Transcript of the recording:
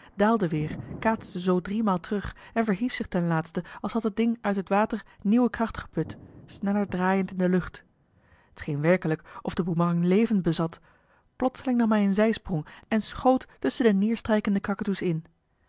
daalde weer kaatste zoo driemaal terug en verhief zich ten laatste als had het ding uit het water nieuwe kracht geput sneller draaiend in de lucht t scheen werkelijk of de boemerang leven bezat plotseling nam hij een zijsprong en schoot tusschen de neerstrijkende kakatoes in